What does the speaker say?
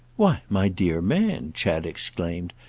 why my dear man, chad exclaimed,